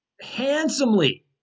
handsomely